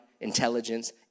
intelligence